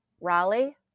Raleigh